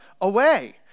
away